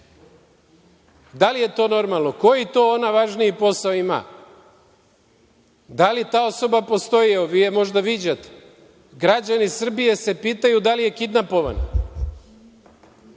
Da li je to normalno? Koji to ona važniji posao ima? Da li ta osoba postoji? Evo, vi je možda viđate. Građani Srbije se pitaju - da li je kidnapovana,